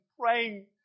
praying